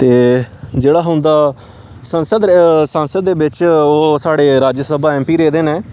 ते जेह्ड़ा हा हुंदा संसद संसद दे बिच्च ओह् साढ़े राज्यसभा एमपी रेह्दे न